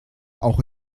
auch